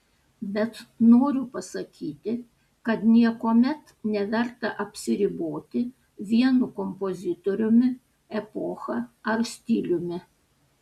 bet noriu pasakyti kad niekuomet neverta apsiriboti vienu kompozitoriumi epocha ar stiliumi